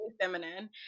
feminine